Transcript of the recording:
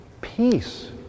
peace